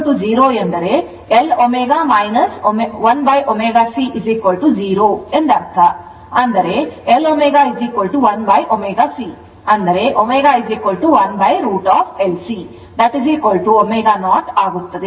X 0 ಎಂದರೆ L ω ω 1ω C 0 ಎಂದರೆ L ω 1ω C ಅಂದರೆ ω 1√ L C ω0 ಆಗುತ್ತದೆ